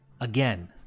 again